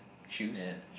choose